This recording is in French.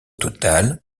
total